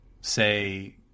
say